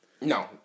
no